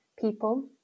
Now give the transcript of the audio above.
people